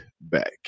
back